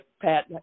Pat